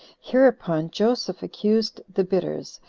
hereupon joseph accused the bidders,